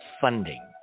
funding